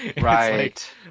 right